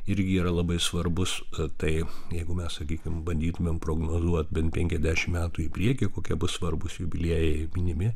irgi yra labai svarbus kad tai jeigu mes sakykim bandytumėm prognozuot bent penkiasdešimt metų į priekį kokie bus svarbūs jubiliejai minimi